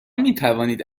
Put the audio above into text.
میتوانید